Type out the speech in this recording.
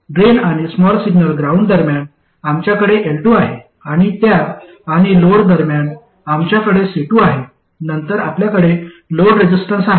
drain आणि small signal ground दरम्यान आमच्याकडे L2 आहे आणि त्या आणि लोड दरम्यान आमच्याकडे C2 आहे नंतर आपल्याकडे लोड रेसिस्टन्स आहे